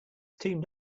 teamed